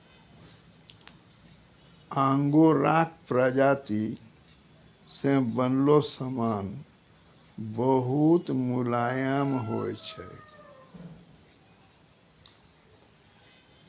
आंगोराक प्राजाती से बनलो समान बहुत मुलायम होय छै